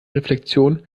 reflexion